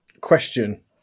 question